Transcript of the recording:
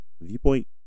viewpoint